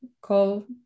call